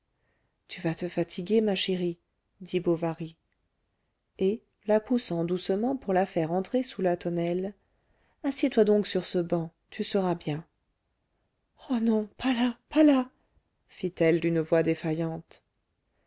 tu vas te fatiguer ma chérie dit bovary et la poussant doucement pour la faire entrer sous la tonnelle assieds-toi donc sur ce banc tu seras bien oh non pas là pas là fit-elle d'une voix défaillante